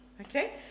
Okay